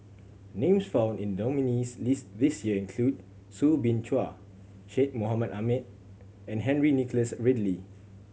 names found in the nominees' list this year include Soo Bin Chua Syed Mohamed Ahmed and Henry Nicholas Ridley